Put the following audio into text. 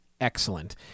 excellent